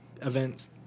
events